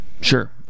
sure